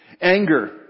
Anger